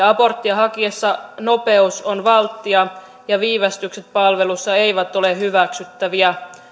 aborttia hakiessa nopeus on valttia ja viivästykset palvelussa eivät ole hyväksyttäviä